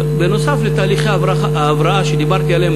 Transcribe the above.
ובנוסף לתהליכי ההבראה שדיברתי עליהם,